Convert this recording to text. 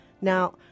Now